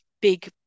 big